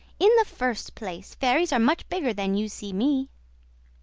in the first place, fairies are much bigger than you see me.